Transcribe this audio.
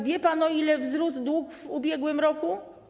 Wie pan, o ile wzrósł dług w ubiegłym roku?